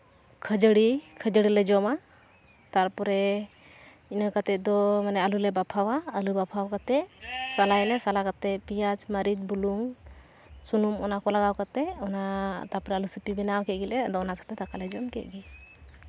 ᱠᱷᱟᱹᱡᱟᱹᱲᱤ ᱠᱷᱟᱹᱡᱟᱹᱲᱤ ᱞᱮ ᱡᱚᱢᱟ ᱛᱟᱨᱯᱚᱨᱮ ᱤᱱᱟᱹ ᱠᱟᱛᱮᱫ ᱫᱚ ᱢᱟᱱᱮ ᱟᱞᱩᱞᱮ ᱵᱟᱯᱷᱟᱣᱟ ᱟᱞᱩ ᱵᱟᱯᱷᱟᱣ ᱠᱟᱛᱮᱫ ᱥᱟᱞᱟᱭᱟᱞᱮ ᱥᱟᱞᱟ ᱠᱟᱛᱮᱫ ᱯᱮᱸᱭᱟᱡ ᱢᱟᱨᱤᱡ ᱵᱩᱞᱩᱝ ᱥᱩᱱᱩᱢ ᱚᱱᱟ ᱠᱚ ᱞᱟᱜᱟᱣ ᱠᱟᱛᱮᱫᱚᱱᱟ ᱛᱟᱯᱚᱨᱮ ᱟᱞᱩ ᱥᱤᱯᱤ ᱵᱮᱱᱟᱣ ᱠᱮᱫ ᱜᱮᱞᱮ ᱟᱫᱚ ᱚᱱᱟ ᱥᱟᱶᱛᱮ ᱫᱟᱠᱟ ᱞᱮ ᱡᱚᱢ ᱠᱮᱫ ᱜᱮ